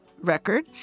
record